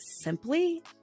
simply